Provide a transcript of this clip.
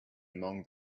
among